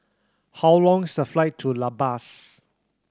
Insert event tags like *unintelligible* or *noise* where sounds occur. how long *unintelligible* the flight to La Paz